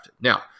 now